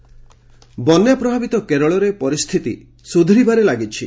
Kerala flood ବନ୍ୟା ପ୍ରଭାବିତ କେରଳରେ ପରିସ୍ଥିତି ସୁଧୁରିବାରେ ଲାଗିଛି